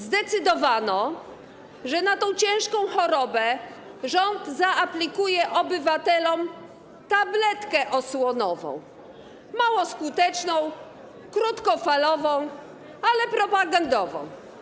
Zdecydowano, że na tę ciężką chorobę rząd zaaplikuje obywatelom tabletkę osłonową, mało skuteczną, krótkofalową, ale propagandową.